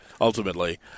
ultimately